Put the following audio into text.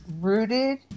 rooted